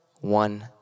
one